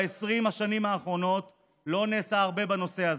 ב-20 השנים האחרונות לא נעשה הרבה בנושא הזה.